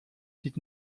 did